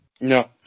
No